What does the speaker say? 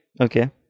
Okay